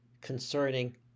concerning